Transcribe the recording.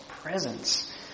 Presence